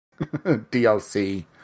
DLC